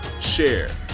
share